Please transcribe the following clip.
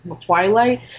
Twilight